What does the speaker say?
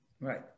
Right